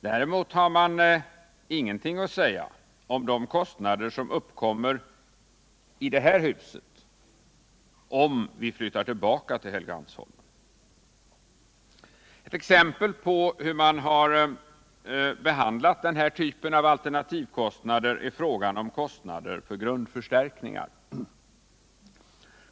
Däremot har man ingenting att säga om de kostnader som uppkommer i det här huset, om vi flyttar tillbaka till Helgeandsholmen. Ett exempel på hur man har behandlat den här typen av alternativkostnader är frågan om kostnader för grundförstärkningar.